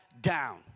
down